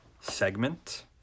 segment